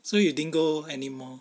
so you didn't go anymore